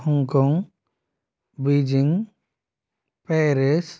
Hong Kong Beijing Paris